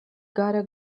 gotta